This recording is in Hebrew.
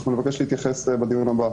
נבקש להתייחס בדיון הבא.